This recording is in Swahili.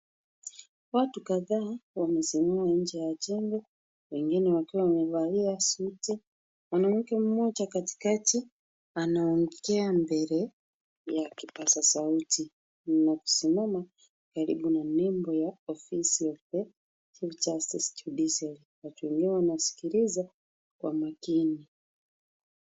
Watu kadhaa wamesimama nje ya njengo wengine wakiwa wamevalia suti. Mwanamke mmoja katikakati anaongea mbele ya kipazasauti na wamesimama karibu na jengo la ofisi ya chief justice judiciary .Watu wengine wanaskiliza kwa makini.